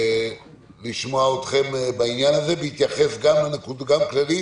נשמע אתכם בעניין הזה, בהתייחס גם כללית.